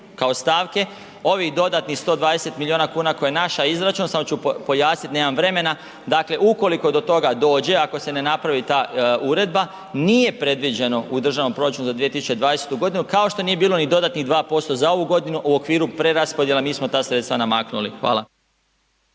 kao stavke, ovih dodatnih 120 milijuna kuna koje naš izračun, samo ću pojasniti, nemam vremena, dakle ukoliko do toga dođe, ako se ne napravi ta uredba, nije predviđeno u državnom proračunu za 2020., kao što nije bilo ni dodatnih 2% za ovu godinu u okviru preraspodijele, mi smo ta sredstva namaknuli. Hvala.